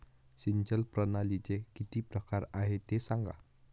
सिंचन प्रणालीचे किती प्रकार आहे ते सांगा